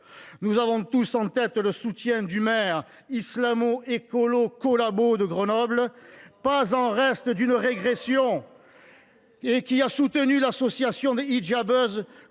Nous avons tous en tête le soutien du maire islamo écolo collabo de Grenoble, jamais en retard d’une régression, qui a soutenu l’association des « hijabeuses